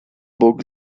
bok